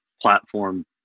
platform